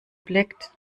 blickt